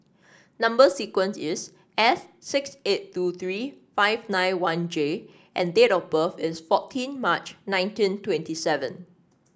number sequence is S six eight two three five nine one J and date of birth is fourteen March nineteen twenty seven